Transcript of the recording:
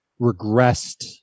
regressed